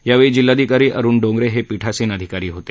यावेळी जिल्हाधिकारी अरूण डोंगरे हे पीठासीन अधिकारी होते